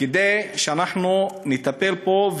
כדי שאנחנו נטפל בו,